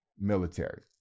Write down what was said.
military